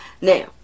now